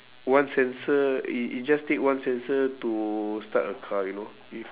one sensor it it just take one sensor to start a car you know if